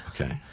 Okay